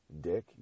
Dick